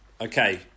Okay